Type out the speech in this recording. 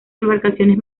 embarcaciones